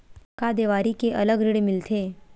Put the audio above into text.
का देवारी के अलग ऋण मिलथे?